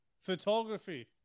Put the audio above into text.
Photography